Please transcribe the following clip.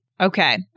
Okay